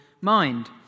Mind